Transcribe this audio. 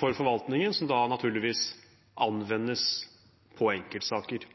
for forvaltningen som da naturligvis anvendes på enkeltsaker.